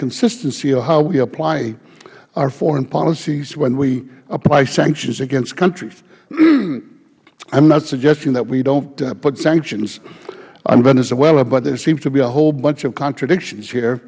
consistency of how we apply our foreign policies when we apply sanctions against countries i am not suggesting that we don't put sanctions on venezuela but there seems to be a whole bunch of contradictions